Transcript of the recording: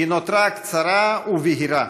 היא נותרה קצרה ובהירה,